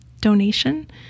donation